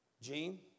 Gene